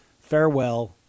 Farewell